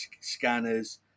Scanners